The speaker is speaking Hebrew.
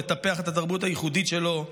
לטפח את התרבות הייחודית שלו.